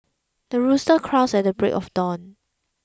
the rooster crows at break of dawn